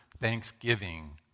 thanksgiving